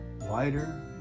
wider